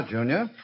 Junior